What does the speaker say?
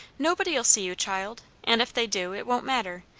nobody'll see you, child and if they do, it won't matter.